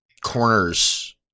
corners